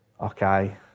okay